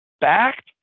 Back